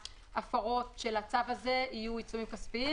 ההפרות של הצו הזה יהיו עיצומים כספיים,